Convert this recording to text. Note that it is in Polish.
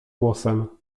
głosem